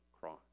cross